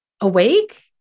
awake